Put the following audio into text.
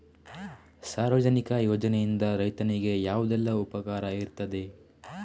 ಸಾರ್ವಜನಿಕ ಯೋಜನೆಯಿಂದ ರೈತನಿಗೆ ಯಾವುದೆಲ್ಲ ಉಪಕಾರ ಇರ್ತದೆ?